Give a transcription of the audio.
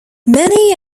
many